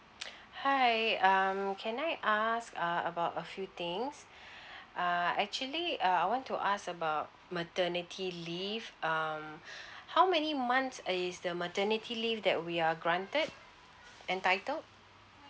hi um can I ask uh about a few things ah actually uh I want to ask about maternity leave um how many months is the maternity leave that we are granted entitled